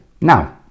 Now